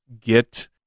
get